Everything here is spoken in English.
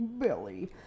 Billy